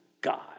God